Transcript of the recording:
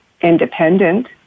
independent